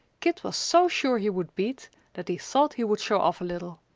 kit was so sure he would beat that he thought he would show off a little.